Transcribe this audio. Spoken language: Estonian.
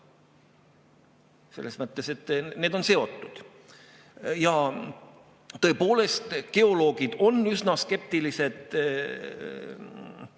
Selles mõttes, et need asjad on seotud. Ja tõepoolest, geoloogid on üsna skeptilised näiteks